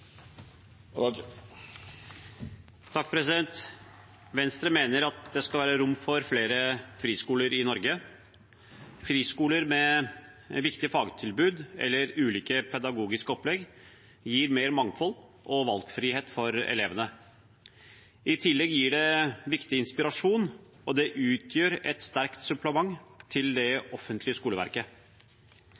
flere friskoler i Norge. Friskoler med viktige fagtilbud eller ulike pedagogiske opplegg gir mer mangfold og valgfrihet for elevene. I tillegg gir det viktig inspirasjon, og det utgjør et sterkt supplement til det offentlige skoleverket.